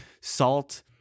Salt